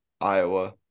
Iowa